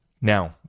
Now